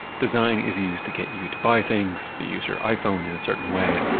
design is used to get you to buy things, to use your iphone in a certain way.